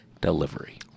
delivery